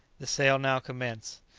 the sale now commenced.